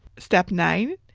step nine,